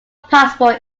possible